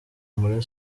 muri